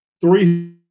three